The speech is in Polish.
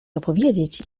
opowiedzieć